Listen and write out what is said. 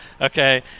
Okay